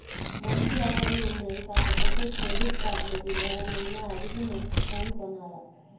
మంచి ఆఫర్లు ఉన్నాయి కాకపోతే క్రెడిట్ కార్డు లేదు, ఎవర్నైనా అడిగి మంచి ఫోను కొనాల